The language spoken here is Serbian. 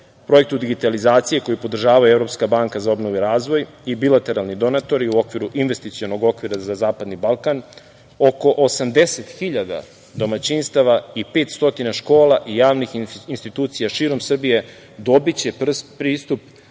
projektu digitalizacije, koji podržavaju Evropska banka za obnovu i razvoj i bilateralni donatori, u okviru investicionog okvira za Zapadni Balkan, oko 80 hiljada domaćinstava i 500 škola i javnih institucija širom Srbije, dobiće pristup